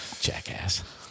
Jackass